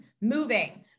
moving